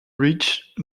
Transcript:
reached